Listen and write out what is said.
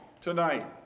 tonight